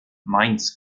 mainz